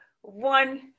one